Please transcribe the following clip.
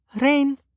Rain